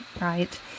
right